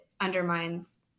undermines